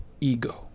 ego